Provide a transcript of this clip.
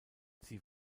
sie